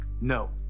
No